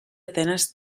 atenes